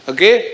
Okay